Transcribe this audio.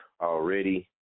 already